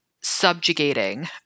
subjugating